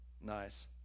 nice